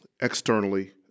externally